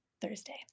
Thursday